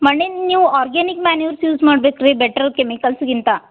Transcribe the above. ಮಣ್ಣಿನ ನೀವು organic manures use ಮಾಡ್ಬೇಕ್ ರೀ ನೀವು ಬೆಟರ್ ಕೆಮಿಕಲ್ಸ್ಗಿಂತ